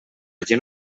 gent